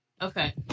Okay